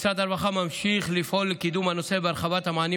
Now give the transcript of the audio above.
משרד הרווחה ממשיך לפעול לקידום הנושא והרחבת המענים